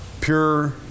pure